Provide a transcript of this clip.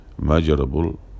measurable